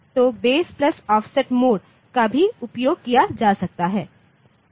तो base plus offset mode का भी उपयोग किया जा सकता है